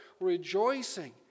rejoicing